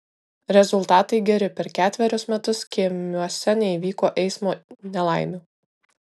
rezultatai geri per ketverius metus skėmiuose neįvyko eismo nelaimių